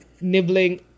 nibbling